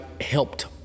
helped